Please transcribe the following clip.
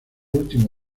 ultimo